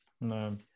No